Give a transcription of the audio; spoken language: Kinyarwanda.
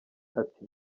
ati